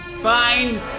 Fine